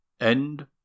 End